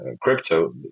crypto